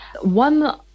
one